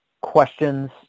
questions